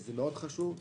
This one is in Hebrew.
וזה חשוב מאוד,